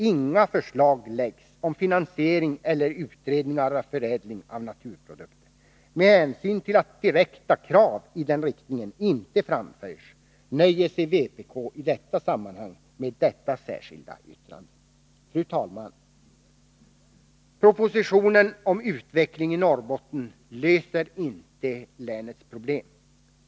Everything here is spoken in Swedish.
Inga förslag läggs om finansiering eller utredningar av förädling av naturprodukter. Med hänsyn till att direkta krav i den riktningen inte framförs nöjer sig vpk i detta sammanhang med detta särskilda yttrande.” Fru talman! Propositionen om utveckling i Norrbotten löser inte länets problem.